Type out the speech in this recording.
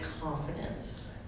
confidence